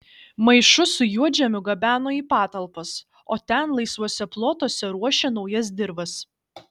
maišus su juodžemiu gabeno į patalpas o ten laisvuose plotuose ruošė naujas dirvas